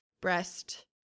breast